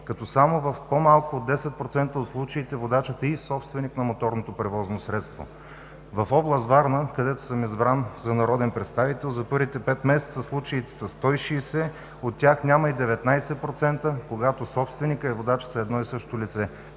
като само в по-малко от 10% от случаите водачът е и собственик на МПС. В област Варна, където съм избран за народен представител, за първите пет месеца случаите са 160, от тях няма и 19%, когато собственикът и водачът са едно и също лице.